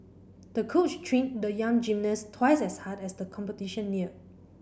the coach trained the young gymnast twice as hard as the competition neared